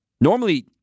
Normally